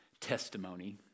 testimony